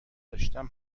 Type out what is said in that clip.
داشتم